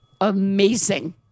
amazing